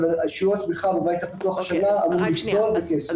אבל שיעור התמיכה בבית הפתוח השנה אמור לגדול בכ-27%.